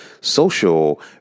social